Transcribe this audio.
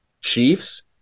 chiefs